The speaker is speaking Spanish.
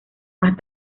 más